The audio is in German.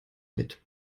mit